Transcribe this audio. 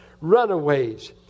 Runaways